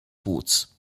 płuc